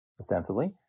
ostensibly